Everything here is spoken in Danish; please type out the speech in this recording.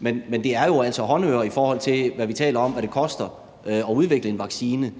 Men det er jo altså håndører, i forhold til hvad vi taler om det koster at udvikle en vaccine.